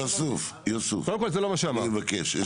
לא, אז הנה אני אדייק.